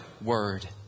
word